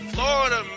Florida